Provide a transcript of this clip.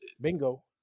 bingo